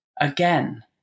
again